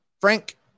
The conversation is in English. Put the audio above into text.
Frank